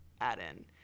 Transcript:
add-in